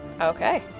Okay